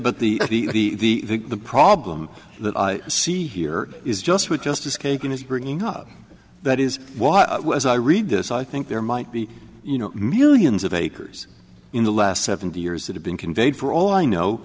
but the but the the the problem that i see here is just what justice kagan is bringing up that is why as i read this i think there might be you know millions of acres in the last seventy years that have been conveyed for all i know